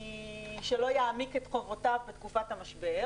שלא יעמיק את חובותיו בתקופת המשבר,